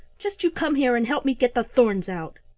just you come here and help me get the thorns out.